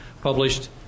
published